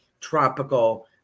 tropical